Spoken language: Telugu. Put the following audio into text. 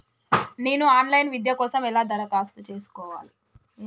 నేను ఆన్ లైన్ విద్య కోసం ఎలా దరఖాస్తు చేసుకోవాలి?